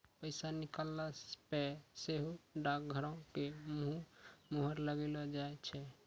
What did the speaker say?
पैसा निकालला पे सेहो डाकघरो के मुहर लगैलो जाय छै